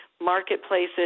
marketplaces